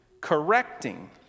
correcting